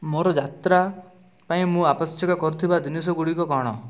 ମୋର ଯାତ୍ରା ପାଇଁ ମୁଁ ଆବଶ୍ୟକ କରୁଥିବା ଜିନିଷଗୁଡ଼ିକ କ'ଣ